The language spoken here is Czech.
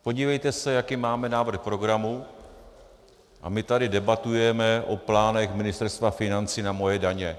Podívejte se, jaký máme návrh programu, a my tady debatujeme o plánech Ministerstva financí na Moje daně.